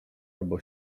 albo